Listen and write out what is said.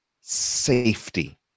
safety